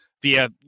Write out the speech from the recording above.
via